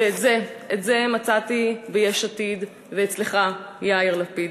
ואת זה, את זה מצאתי ביש עתיד ואצלך, יאיר לפיד.